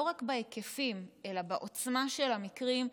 לא רק בהיקפים אלא בעוצמה שבמקרים.